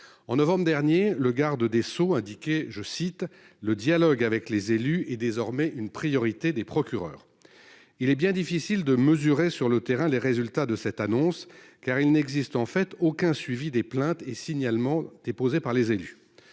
En novembre dernier, le garde des sceaux indiquait que « le dialogue avec les élus est désormais une priorité des procureurs ». Il est bien difficile de mesurer sur le terrain les résultats de cette annonce, car il n'existe aucun suivi de ces plaintes et signalements. Je demande